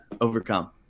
overcome